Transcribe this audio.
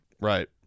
Right